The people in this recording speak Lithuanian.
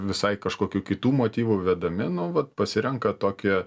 visai kažkokių kitų motyvų vedami nu vat pasirenka tokį